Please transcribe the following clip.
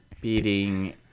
beating